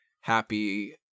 Happy